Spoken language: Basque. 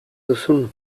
duzun